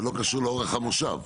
זה לא קשור לאורך המושב.